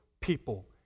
people